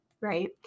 right